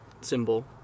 symbol